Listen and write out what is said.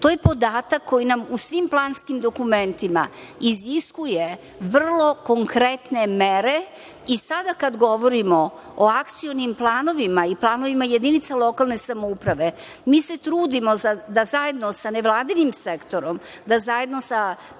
To je podatak koji nam u svim planskim dokumentima iziskuje vrlo konkretne mere i sada, kada govorimo o akcionim planovima i planovima jedinice lokalne samouprave, mi se trudimo da zajedno sa nevladinim sektorom, da zajedno sa